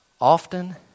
Often